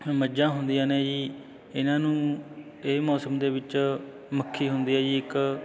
ਮੱਝਾਂ ਹੁੰਦੀਆਂ ਨੇ ਜੀ ਇਹਨਾਂ ਨੂੰ ਇਹ ਮੌਸਮ ਦੇ ਵਿੱਚ ਮੱਖੀ ਹੁੰਦੀ ਹੈ ਜੀ ਇੱਕ